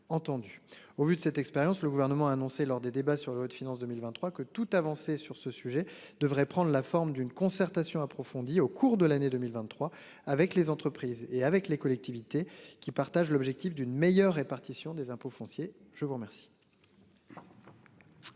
au vu de cette expérience. Le gouvernement a annoncé, lors des débats sur le de finances 2023 que toute avancée sur ce sujet devrait prendre la forme d'une concertation approfondie, au cours de l'année 2023 avec les entreprises et avec les collectivités qui partage l'objectif d'une meilleure répartition des impôts fonciers. Je vous remercie.--